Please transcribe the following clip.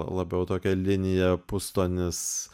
labiau tokią linija pustonis